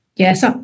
Yes